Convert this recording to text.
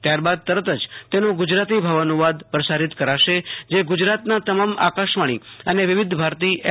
ત્યારબાદ તરત જ તેનો ગુજરાતી ભાવાનુવાદ પ્રસારિત કરાશે જે ગુજરાતના તમામ આકાશવાણી અને વિવિધ ભારતી એફ